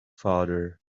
father